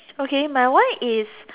okay my one is